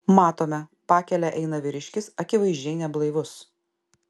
matome pakele eina vyriškis akivaizdžiai neblaivus